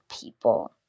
people